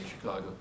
Chicago